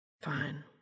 Fine